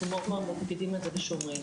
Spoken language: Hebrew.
אנחנו מאוד מקפידים על זה ושומרים.